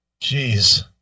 Jeez